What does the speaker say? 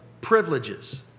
privileges